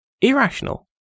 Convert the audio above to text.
Irrational